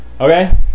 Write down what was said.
Okay